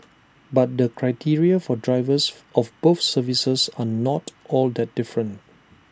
but the criteria for drivers of both services are not all that different